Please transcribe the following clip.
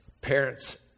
Parents